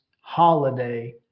holiday